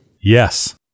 Yes